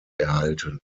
erhalten